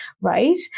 right